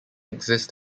exist